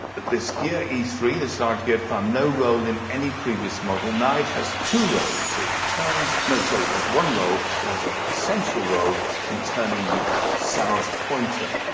this gear e three. this large gear found no role in any previous model. now it has two roles. it turns, no sorry, it has one role. it has a essential role in turning the saros pointer.